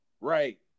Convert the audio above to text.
Right